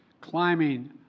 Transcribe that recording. climbing